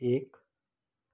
एक